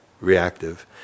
reactive